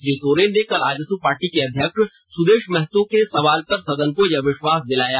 श्री सोरेन ने कल आजसू पार्टी के अध्यक्ष सुदेष महतो के सवाल पर सदन को यह विष्वास दिलाया